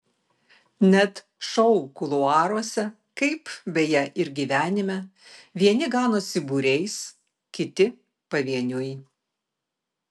net šou kuluaruose kaip beje ir gyvenime vieni ganosi būriais kiti pavieniui